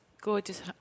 gorgeous